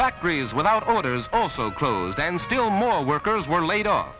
factories without orders also close and still more workers were laid off